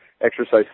exercise